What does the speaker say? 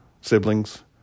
siblings